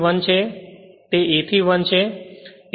અહીં તે a થી 1 છે